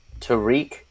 Tariq